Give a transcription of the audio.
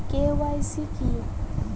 KYC কী?